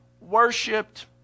worshipped